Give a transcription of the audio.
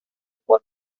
por